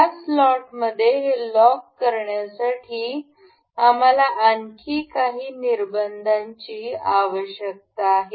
या स्लॉटमध्ये हे लॉक करण्यासाठी आम्हाला आणखी काही निर्बंधांची आवश्यकता आहे